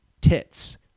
tits